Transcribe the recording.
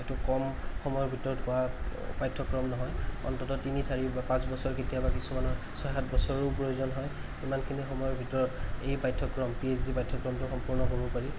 সেইটো কম সময়ৰ ভিতৰত হোৱা পাঠ্য়ক্ৰম নহয় অন্ততঃ তিনি চাৰি পাঁচবছৰ কেতিয়াবা কিছুমানৰ ছয় সাতবছৰো প্ৰয়োজন হয় ইমানখিনি সময়ৰ ভিতৰত এই পাঠ্য়ক্ৰম পি এইচ ডি পাঠ্য়ক্ৰমতো সম্পূৰ্ণ কৰিব পাৰি